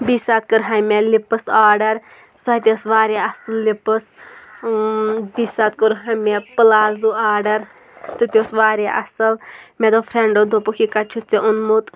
بیٚیہِ ساتہٕ کرے مےٚ لِپٕس آرڈَر سۄ تہِ ٲسۍ واریاہ اَصٕل لِپٕس بیٚیہِ ساتہٕ کوٚر ہا مےٚ پٕلازو آرڈَر سُہ تہِ اوس واریاہ اَصٕل مےٚ دوٚپ فرٛنٛڈو دوٚپُکھ یہِ کَتہِ چھُتھ ژےٚ اوٚنمُت